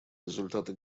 результаты